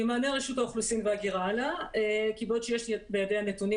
ממענה רשות האוכלוסין וההגירה עלה כי בעוד שיש בידיה נתונים